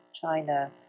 China